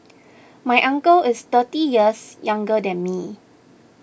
my uncle is thirty years younger than me